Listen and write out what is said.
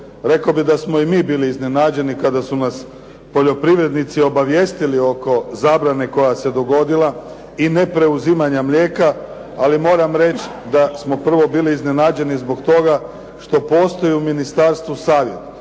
Rekao bih da smo i mi bili iznenađeni kada su nas poljoprivrednici obavijestili oko zabrane koja se dogodila i nepreuzimanja mlijeka, ali moram reći da smo prvo bili iznenađeni zbog toga što postoji u ministarstvu Savjet